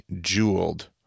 jeweled